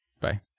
bye